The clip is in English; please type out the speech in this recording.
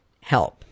help